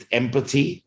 empathy